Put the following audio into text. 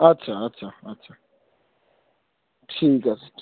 আচ্ছা আচ্ছা আচ্ছা ঠিক আছে ঠিক